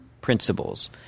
principles